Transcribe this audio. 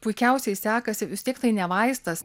puikiausiai sekasi vis tiek tai ne vaistas